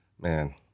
Man